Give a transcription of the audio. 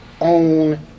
own